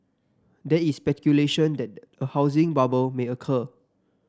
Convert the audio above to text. there is speculation that the a housing bubble may occur